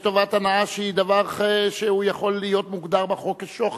יש טובת הנאה שהיא דבר שיכול להיות מוגדר בחוק כשוחד.